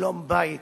שלום-בית,